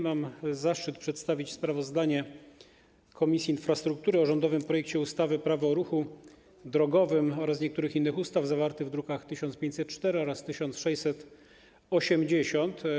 Mam zaszczyt przedstawić sprawozdanie Komisji Infrastruktury o rządowym projekcie ustawy - Prawo o ruchu drogowym oraz niektórych innych ustaw, druki nr 1504 i 1680.